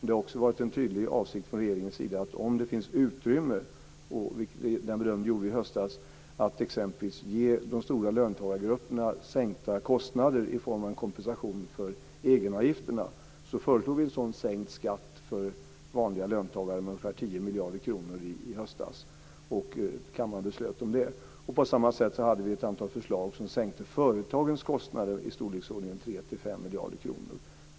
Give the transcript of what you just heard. Det har också varit regeringens tydliga avsikt att om det finns utrymme, och den bedömningen gjorde vi i höstas, exempelvis ge de stora löntagargrupperna sänkta kostnader i form av kompensation för egenavgifterna. Vi föreslog en sådan sänkt skatt för vanliga löntagare med ungefär 10 miljarder kronor i höstas, som kammaren också beslutade om. På samma sätt hade vi ett antal förslag som sänkte företagens kostnader med i storleksordningen 3-5 miljarder kronor.